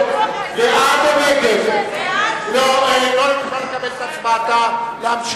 לא, לא לקבל את הצבעתה.